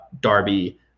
Darby